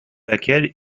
laquelle